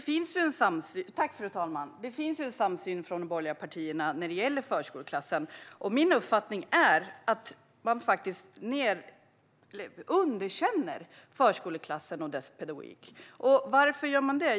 Fru talman! Det finns en samsyn från de borgerliga partierna när det gäller förskoleklassen. Min uppfattning är att de faktiskt underkänner förskoleklassen och dess pedagogik. Varför gör de det?